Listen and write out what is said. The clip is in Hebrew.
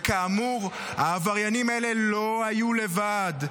כאמור, העבריינים האלה לא היו לבד.